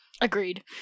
Agreed